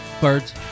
Birds